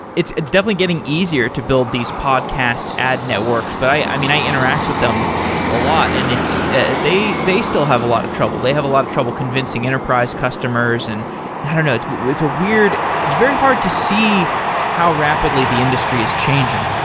it's it's definitely getting easier to build these podcast ad networks, but i mean i interact with them a lot and they they still have a lot of trouble. they have a lot of trouble convincing enterprise customers and i don't know. it's but it's a weird it's very hard to see how rapidly the industry is changing.